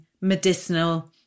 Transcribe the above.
medicinal